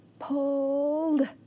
pulled